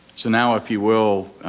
so now if you will,